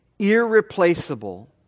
Irreplaceable